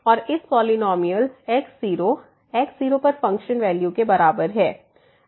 और इस polynomial x0 x0 पर फंक्शन वैल्यू के बराबर है